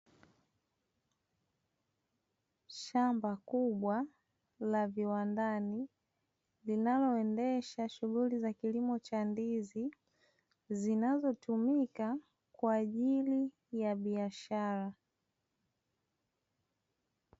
Shamba kubwa la viwandani linaloendesha shughuli za kilimo cha ndizi zinazotumika kwa ajili ya biashara.